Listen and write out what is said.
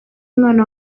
umwana